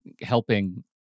helping